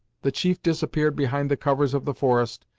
the chief disappeared behind the covers of the forest,